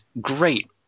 great